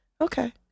okay